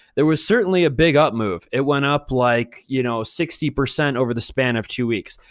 there was certainly a big up move. it went up, like, you know sixty percent over the span of two weeks.